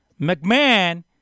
McMahon